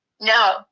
No